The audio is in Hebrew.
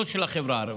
לא של החברה הערבית,